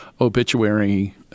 obituary